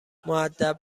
مودب